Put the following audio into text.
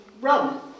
run